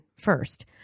first